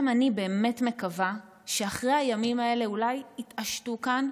גם אני באמת מקווה שאחרי הימים האלה אולי יתעשתו כאן,